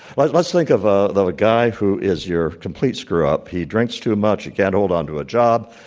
like let's think of ah the guy who is your complete screw-up. he drinks too much, he can't hold on to a job,